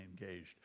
engaged